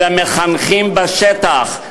למחנכים בשטח,